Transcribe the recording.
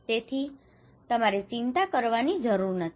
તેથી તમારે ચિંતા કરવાની જરૂર નથી